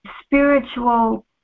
spiritual